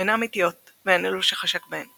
הן האמיתיות והן אלו שחשק בהן.